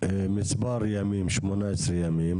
מספר ימים, 18 ימים.